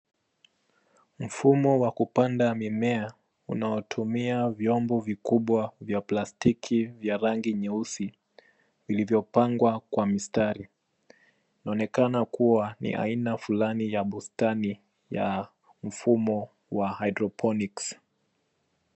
Mfumo wa kupanda mimea unaotumia vyombo vikubwa vya plastiki vya rangi nyeusi vilivyopangwa kwa mstari. Inaonekana kuwa ni aina fulani ya bustani ya mfumo wa hydroponics .